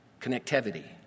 connectivity